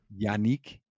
Yannick